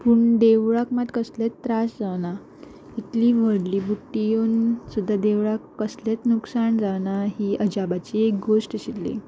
पूण देवळाक मात कसलेत त्रास जावना इतली व्हडली बुट्टी येवन सुद्दां देवळाक कसलेच नुकसाण जावना ही अजापाची एक गोश्ट आशिल्ली